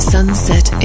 Sunset